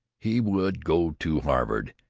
he would go to harvard,